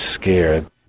scared